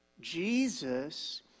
Jesus